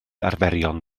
arferion